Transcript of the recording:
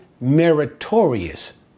meritorious